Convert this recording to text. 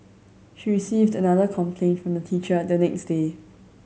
she received another complaint from the teacher the next day